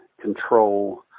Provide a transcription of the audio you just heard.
control